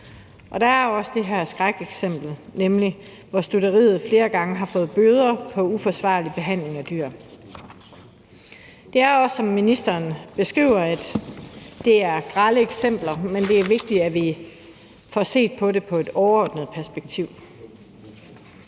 Der er jo også det her skrækeksempel, hvor stutteriet flere gange har fået bøder for uforsvarlig behandling af dyr. Det er, som ministeren beskriver, grelle eksempler, men det er vigtigt, at vi får set på det i et overordnet perspektiv.